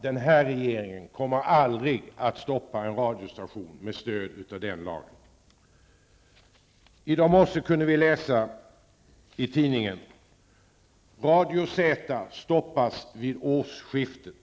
Den här regeringen kommer aldrig att stoppa en radiostation med stöd av den lagen. I morse kunde vi i tidningen läsa rubriken: ''Radio Z stoppas vid årsskiftet''.